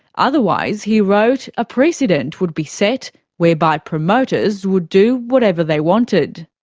otherwise, he wrote, a precedent would be set whereby promoters would do whatever they wanted.